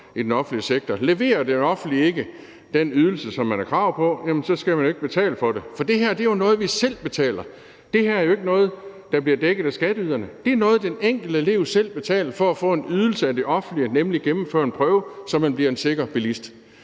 i den offentlige sektor. Leverer det offentlige ikke den ydelse, som man har krav på, jamen så skal man ikke betale for den. For det her er jo noget, vi selv betaler. Det her er ikke noget, der bliver dækket af skatteyderne. Den enkelte elev betaler selv for at få den ydelse af det offentlige, nemlig det at gennemføre en prøve, så man bliver en sikker bilist.